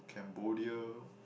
Cambodia